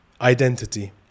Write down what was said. identity